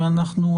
ואנחנו,